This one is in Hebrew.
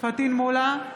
\פטין מולא,